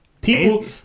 people